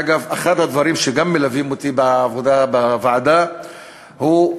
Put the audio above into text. אגב, אחד הדברים שמלווים אותי בעבודה בוועדה הוא,